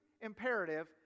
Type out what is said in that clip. Imperative